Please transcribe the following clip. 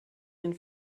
den